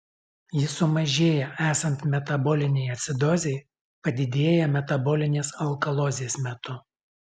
jis sumažėja esant metabolinei acidozei padidėja metabolinės alkalozės metu